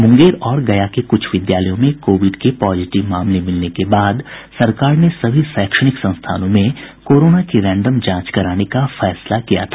मुंगेर और गया के कुछ विद्यालयों में कोविड के पॉजिटिव मामले मिलने के बाद सरकार ने सभी शैक्षणिक संस्थानों में कोरोना की रैंडम जांच कराने का फैसला किया था